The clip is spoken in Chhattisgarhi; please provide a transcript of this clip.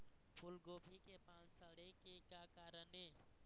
फूलगोभी के पान सड़े के का कारण ये?